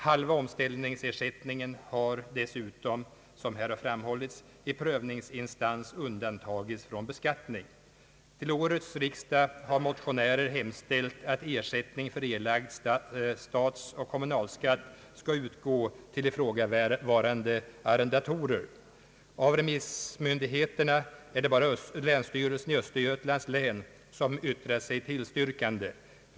Halva omställningsersättningen har dessutom, som här har framhållits, i prövningsinstans undantagits från beskattning. Till årets riksdag har motionärer hemställt att ersättning för erlagd statsoch kommunalskatt skall utgå till ifrågavarande arrendatorer. Av remissmyndigheterna är det bara länsstyrelsen i Östergötlands län som yttrat sig = tillstyrkande.